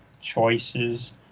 choices